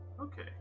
Okay